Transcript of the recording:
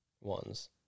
ones